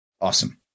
Awesome